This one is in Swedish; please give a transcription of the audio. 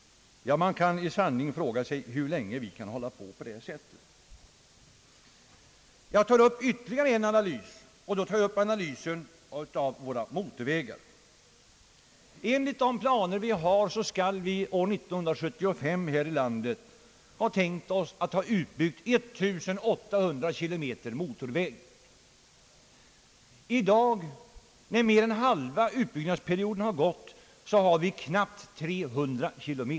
Man kan i sanning fråga sig hur länge vi kan fortsätta på det sättet. Jag tar också upp våra motorvägar till analys. Enligt planerna skall vi år 1975 ha utbyggt 1800 km motorvägar. I dag, när mer än halva utbyggnadsperioden har gått, har vi knappt 300 km.